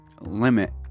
limit